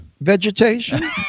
Vegetation